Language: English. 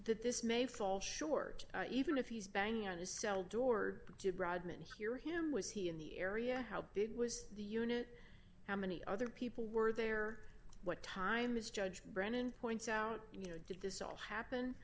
that this may fall short even if he's banging on his cell door to bradman hear him was he in the area how big was the unit how many other people were there what time is judge brennan points out you know did this all happen